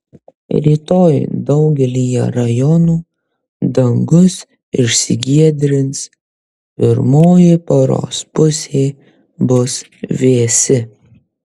rytoj daugelyje rajonų dangus išsigiedrins pirmoji paros pusė bus vėsi